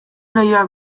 leihoak